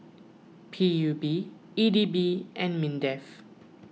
P U B E D B and Mindef